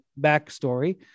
backstory